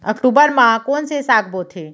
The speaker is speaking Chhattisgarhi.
अक्टूबर मा कोन से साग बोथे?